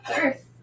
earth